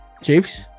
chiefs